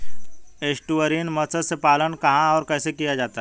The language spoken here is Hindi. एस्टुअरीन मत्स्य पालन कहां और कैसे किया जाता है?